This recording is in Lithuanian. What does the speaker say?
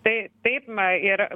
tai taip na ir